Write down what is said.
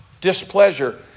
displeasure